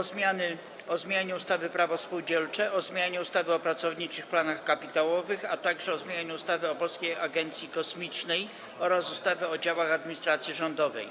- o zmianie ustawy Prawo spółdzielcze, - o zmianie ustawy o pracowniczych planach kapitałowych, - o zmianie ustawy o Polskiej Agencji Kosmicznej oraz ustawy o działach administracji rządowej.